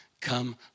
Come